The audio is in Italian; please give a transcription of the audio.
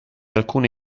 alcune